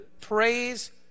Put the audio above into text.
Praise